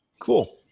cool.